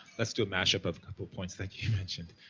let's do match up of couple points that you mentioned.